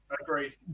Agreed